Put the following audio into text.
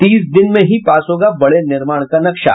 तीस दिन में ही पास होगा बड़े निर्माण का नक्शा